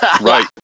Right